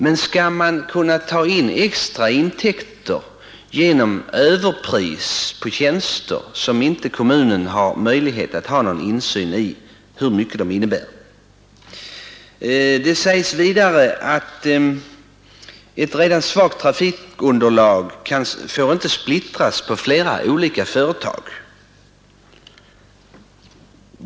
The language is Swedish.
Men skall man kunna ta in extraintäkter genom överpris på tjänster som kommunen inte har möjlighet att få insyn i hur mycket det innebär? Det sägs vidare att ett redan svagt trafikunderlag inte bör splittras på flera olika företag.